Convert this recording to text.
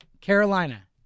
Carolina